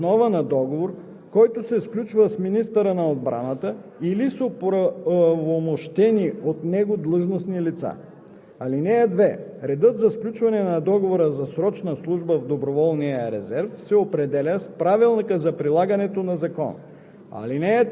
59г. (1) Правоотношението по изпълнение на срочната служба в доброволния резерв възниква въз основа на договор, който се сключва с министъра на отбраната или с оправомощени от него длъжностни лица.